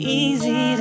easy